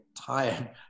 tired